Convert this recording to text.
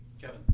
Kevin